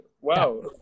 Wow